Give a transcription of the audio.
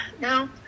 no